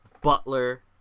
Butler